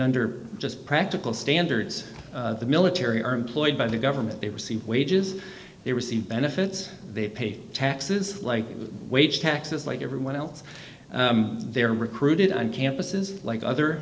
under just practical standards the military are employed by the government they receive wages they receive benefits they pay taxes like wage taxes like everyone else they're recruited on campuses like other